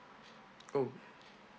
oh